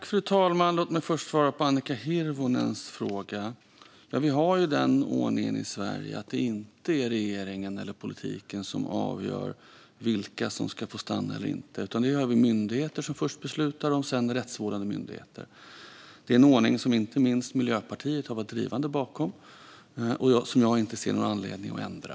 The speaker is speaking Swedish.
Fru talman! Låt mig först svara på Annika Hirvonens fråga. Vi har den ordningen i Sverige att det inte är regeringen eller politiken som avgör vilka som ska få stanna eller inte, utan det har vi myndigheter som först beslutar om och sedan rättsvårdande myndigheter. Det är en ordning som inte minst Miljöpartiet har varit drivande bakom och som jag inte ser någon anledning att ändra.